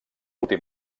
últim